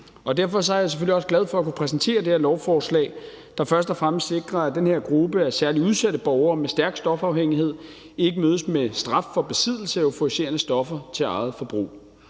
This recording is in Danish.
derfor er jeg selvfølgelig også glad for at kunne præsentere det her lovforslag, der først og fremmest sikrer, at den her gruppe af særlig udsatte borgere med stærk stofafhængighed ikke mødes med straf for besiddelse af euforiserende stoffer til eget forbrug.